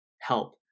help